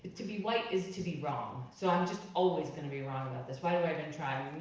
to be white is to be wrong, so i'm just always gonna be wrong about this, why do i even try?